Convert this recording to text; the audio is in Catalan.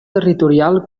territorial